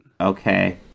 okay